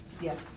Yes